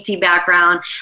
background